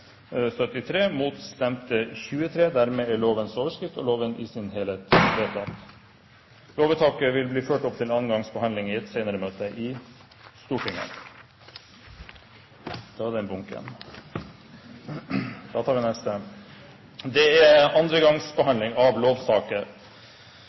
og loven i sin helhet. Lovvedtaket vil bli ført opp til andre gangs behandling i et senere møte i Stortinget.